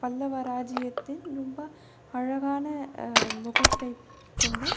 பல்லவ ராஜ்ஜியத்தின் ரொம்ப அழகான முகத்தை கொண்ட